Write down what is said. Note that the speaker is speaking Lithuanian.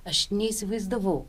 aš neįsivaizdavau